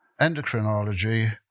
endocrinology